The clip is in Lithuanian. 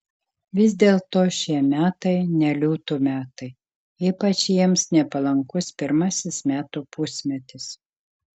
vis dėlto šie metai ne liūtų metai ypač jiems nepalankus pirmasis metų pusmetis